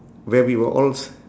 where we were all s~